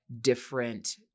different